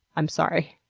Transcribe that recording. i'm sorry.